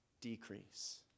decrease